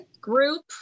group